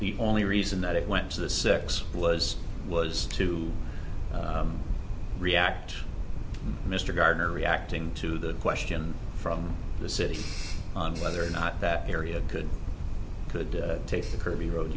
the only reason that it went to the six was was to react mr gardner reacting to the question from the city on whether or not that area could could take curvy road